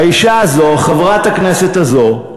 האישה הזו, חברת הכנסת הזו,